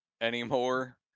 anymore